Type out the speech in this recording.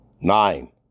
Nine